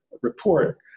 report